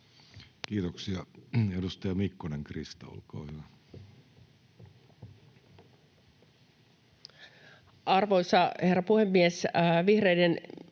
Kiitoksia. — Edustaja Mikkonen Krista, olkaa hyvä. Arvoisa puhemies! Ensinnäkin